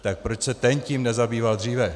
Tak proč se ten tím nezabýval dříve?